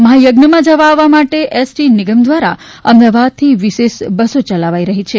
મહાયજ્ઞમાં જવા આપવા માટે એસટી નિગમ દ્વારા અમદાવાદથી વિશેષ બસો ચલાવાઈ રહી છે